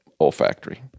olfactory